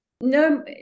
No